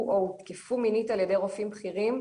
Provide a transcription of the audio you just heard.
או התקפו מינית על ידי רופאים בכירים,